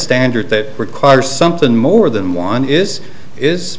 standard that require something more than one is is